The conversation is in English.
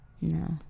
no